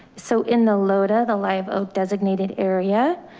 so in the loda, the live oak designated area,